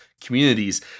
communities